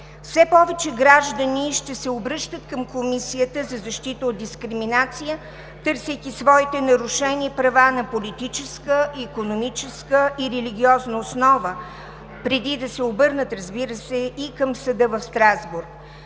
Все повече граждани ще се обръщат към Комисията за защита от дискриминация, търсейки своите нарушени права на политическа, икономическа и религиозна основа, преди да се обърнат, разбира се, и към Съда в Страсбург.